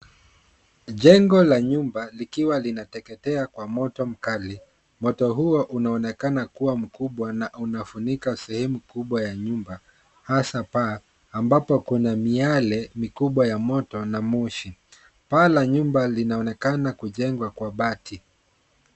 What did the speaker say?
Jengola la nyumba likiwa linateketea kwa moto mkali. Moto huo unaonekana kuwa mkubwa na unafunika sehemu kubwa ya nyumba, hasa paa mabapo kuna miale mikubwa ya moto na moshi. Paa laa nyumba linaonekana kujengwa kwa bati.